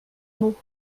mot